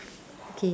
okay